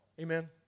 Amen